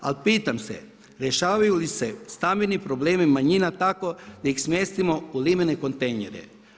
Ali pitam se, rješavaju li se stambeni problemi manjina tako da ih smjestimo u limene kontejnere.